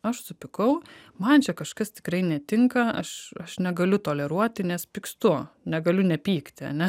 aš supykau man čia kažkas tikrai netinka aš aš negaliu toleruoti nes pykstu negaliu nepykti ane